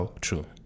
true